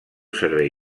servei